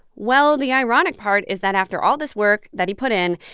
well, the ironic part is that, after all this work that he put in,